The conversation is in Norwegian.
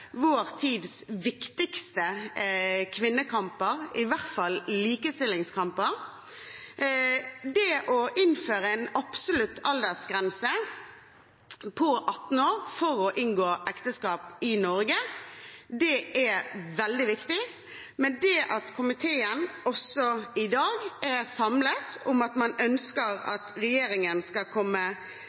vår tids viktigste kvinnekamper, i hvert fall likestillingskamper. Det å innføre en absolutt aldersgrense på 18 år for å inngå ekteskap i Norge, er veldig viktig, men det at komiteen i dag også er samlet om at man ønsker at regjeringen skal komme